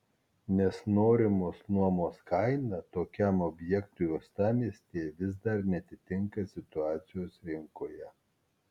nes norimos nuomos kaina tokiam objektui uostamiestyje vis dar neatitinka situacijos rinkoje